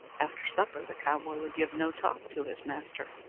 after supper the cowboy would give no talk to his master,